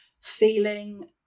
feeling